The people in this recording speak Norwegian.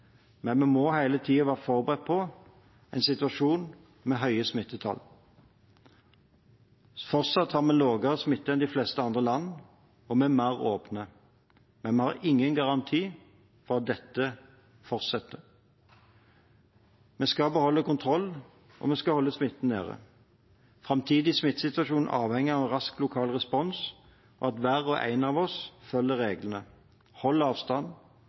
Men vi må hele tiden være forberedt på en situasjon med høye smittetall. Fortsatt har vi lavere smitte enn de fleste andre land, og vi er mer åpne. Men vi har ingen garanti for at dette fortsetter. Vi skal beholde kontrollen, og vi skal holde smitten nede. Framtidig smittesituasjon avhenger av rask lokal respons og at hver og en av oss følger reglene: holder avstand,